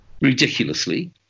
Ridiculously